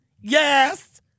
Yes